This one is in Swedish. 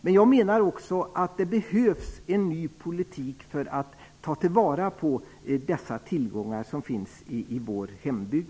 Men jag menar också att det behövs en ny politik för att ta tillvara de tillgångar som finns i vår hembygd.